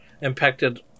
impacted